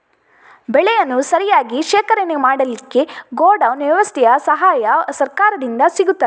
ಬೆಳೆಯನ್ನು ಸರಿಯಾಗಿ ಶೇಖರಣೆ ಮಾಡಲಿಕ್ಕೆ ಗೋಡೌನ್ ವ್ಯವಸ್ಥೆಯ ಸಹಾಯ ಸರಕಾರದಿಂದ ಸಿಗುತ್ತದಾ?